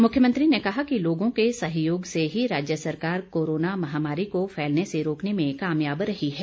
मुख्यमंत्री ने कहा कि लोगों के सहयोग से ही राज्य सरकार कोरोना महामारी को फैलने से रोकने में कामयाब रही है